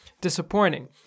disappointing